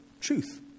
truth